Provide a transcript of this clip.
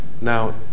now